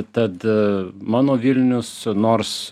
tad mano vilnius nors